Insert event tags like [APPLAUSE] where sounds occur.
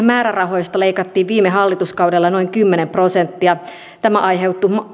[UNINTELLIGIBLE] määrärahoista leikattiin viime hallituskaudella noin kymmenen prosenttia tämä